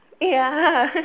ya